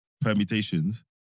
permutations